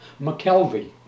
McKelvey